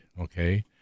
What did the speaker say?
okay